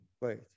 right